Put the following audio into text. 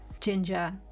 Ginger